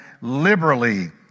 liberally